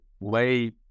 lay